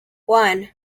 one